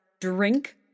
drink